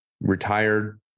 retired